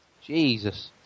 Jesus